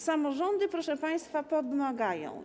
Samorządy, proszę państwa, pomagają.